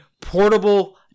portable